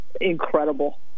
incredible